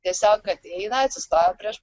tiesiog ateina atsistoja prieš